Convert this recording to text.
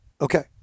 Okay